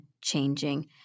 changing